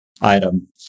item